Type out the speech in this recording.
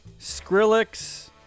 Skrillex